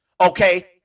okay